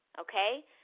okay